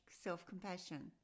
self-compassion